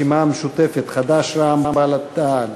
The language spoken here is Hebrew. הרשימה המשותפת, חד"ש, רע"ם, בל"ד, תע"ל.